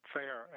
fair